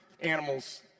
animals